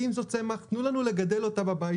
כי אם זה צמח תנו לנו לגדל אותה בבית,